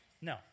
No